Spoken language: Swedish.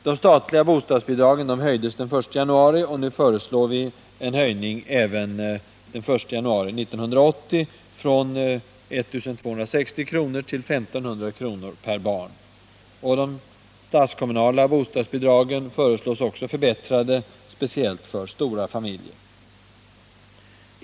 De statliga bostadsbidragen höjdes den 1 januari. Nu föreslår vi en höjning även den 1 januari 1980 från 1 260 till I 500 kr. per barn. De statskommunala bostadsbidragen föreslås också bli förbättrade, speciellt för stora familjer.